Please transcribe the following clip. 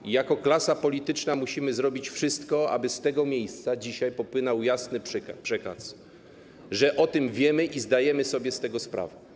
I jako klasa polityczna musimy zrobić wszystko, aby z tego miejsca dzisiaj popłynął jasny przekaz, że o tym wiemy i zdajemy sobie z tego sprawę.